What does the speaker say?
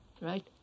Right